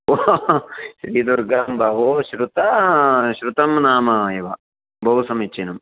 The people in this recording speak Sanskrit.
ओ श्रीदुर्गं बहु श्रुतं श्रुतं नाम एव बहु समीचीनं